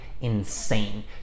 insane